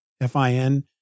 F-I-N